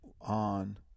on